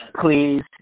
please